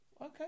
okay